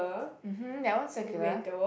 mmhmm that one's circular